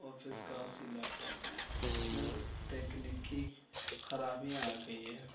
office کا اسی laptop میں اس میں کچھ تکنیکی خرابیاں آ گئی ہے